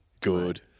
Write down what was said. Good